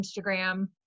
Instagram